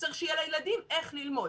צריך שיהיה איך ללמוד.